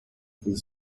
the